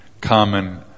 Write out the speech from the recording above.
common